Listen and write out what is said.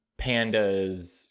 pandas